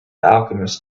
alchemist